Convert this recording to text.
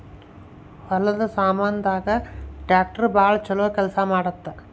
ಹೊಲದ ಸಾಮಾನ್ ದಾಗ ಟ್ರಾಕ್ಟರ್ ಬಾಳ ಚೊಲೊ ಕೇಲ್ಸ ಮಾಡುತ್ತ